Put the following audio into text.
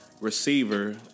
receiver